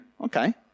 okay